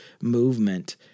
movement